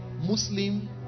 Muslim